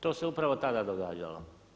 To se upravo tada događalo.